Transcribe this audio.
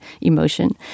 emotion